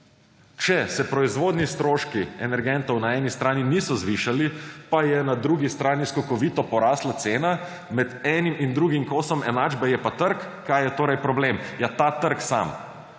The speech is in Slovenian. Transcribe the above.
Če se proizvodni stroški energentov na eni strani niso zvišali, pa je na drugi strani skokovito porastla cena, med enim in drugim kosom enačbe je pa trg – kaj je torej problem? Ja, ta trg sam.